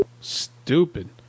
Stupid